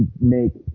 make